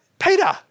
Peter